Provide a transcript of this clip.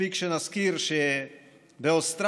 מספיק שנזכיר שבאוסטרליה,